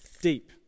deep